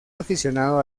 aficionado